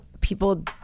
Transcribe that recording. people